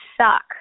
suck